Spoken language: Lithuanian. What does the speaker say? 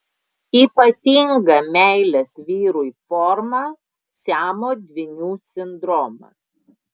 ypatinga meilės vyrui forma siamo dvynių sindromas